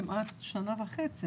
כמעט שנה וחצי,